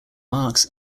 marx